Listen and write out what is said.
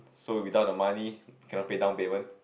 so without the money can not pay down payment